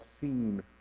seen